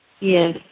Yes